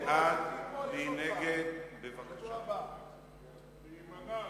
"בהתאם להוראות סעיף 38 לחוק-יסוד הממשלה ועל-פי הצעת הממשלה,